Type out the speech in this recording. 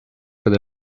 with